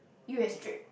you extract